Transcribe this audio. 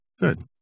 Good